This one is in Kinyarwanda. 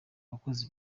wakoze